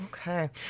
Okay